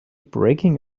breaking